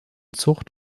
zucht